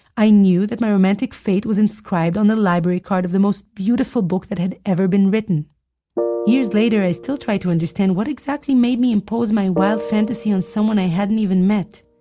i knew that my romantic fate was inscribed on the library card of the most beautiful book that had ever been written years later i still try to understand what exactly made me impose my wild fantasy on someone i hadn't even met?